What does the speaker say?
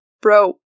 bro